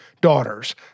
daughters